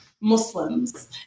Muslims